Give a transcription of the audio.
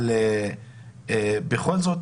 בכל זאת,